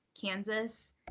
Kansas